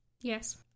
yes